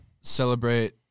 celebrate